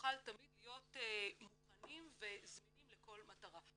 נוכל תמיד להיות מוכנים וזמינים לכל מטרה.